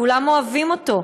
כולם אוהבים אותו,